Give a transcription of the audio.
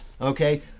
okay